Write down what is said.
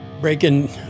Breaking